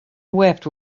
wept